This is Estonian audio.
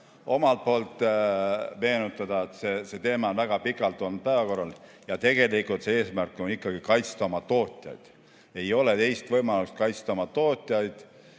omalt poolt meenutada, et see teema on väga pikalt päevakorral olnud. Eesmärk on kaitsta oma tootjaid. Ei ole teist võimalust kaitsta oma tootjaid.